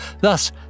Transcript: Thus